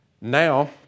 Now